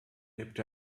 lebt